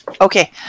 Okay